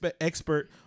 expert